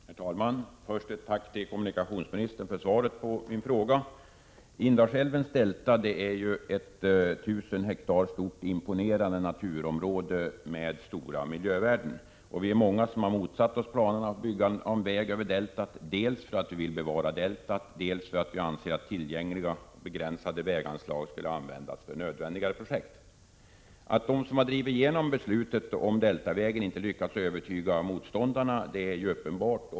Herr talman! Jag ber att få tacka kommunikationsministern för svaret på min fråga. Indalsälvens delta är ett 1 000 ha stort imponerande naturområde med betydande miljövärden. Vi är många som har motsatt oss planerna på att bygga en väg över deltat dels för att vi vill bevara deltat, dels för att vi anser att tillgängliga begränsade väganslag skall användas för mera nödvändiga projekt. Det är uppenbart att de som har drivit igenom beslutet om Deltavägen inte har lyckets övertyga motståndarna.